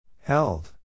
Held